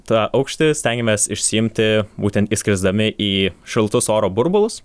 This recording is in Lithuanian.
tą aukštį stengiamės išsiimti būtent išskrisdami į šiltus oro burbulus